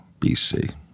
BC